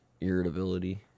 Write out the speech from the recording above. irritability